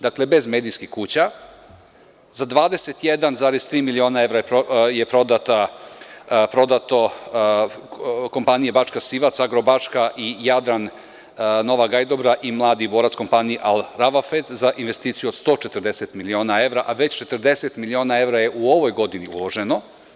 Dakle, bez medijskih kuća, za 21, 3 miliona evra je prodato kompanija Bački Sivac, Agrobačka i Jadran, Nova Gajdobra i Mladi Borac, kompaniji Al Ravafed, za investiciju od 140 miliona evra, a već 40 miliona evra je u ovoj godini uloženo.